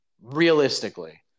realistically